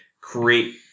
create